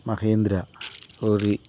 Mahendra